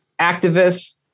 activists